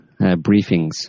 briefings